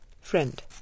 Friend